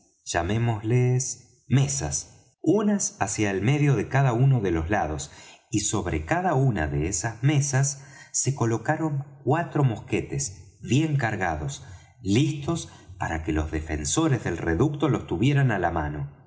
pilas llamémosles mesas una hacia el medio de cada uno de los lados y sobre cada una de esas mesas se colocaron cuatro mosquetes bien cargados listos para que los defensores del reducto los tuvieran á la mano